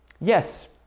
Yes